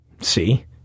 See